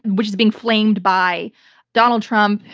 which is being flamed by donald trump,